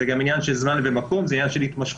זה גם עניין של זמן ומקום, עניין של התמשכות.